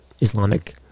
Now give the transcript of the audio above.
Islamic